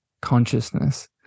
consciousness